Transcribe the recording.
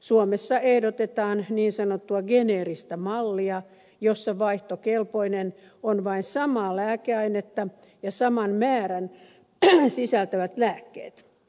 suomessa ehdotetaan niin sanottua geneeristä mallia jossa vaihtokelpoisia ovat vain samaa lääkeainetta ja saman määrän sisältävät lääkkeet